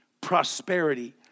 prosperity